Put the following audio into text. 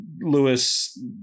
Lewis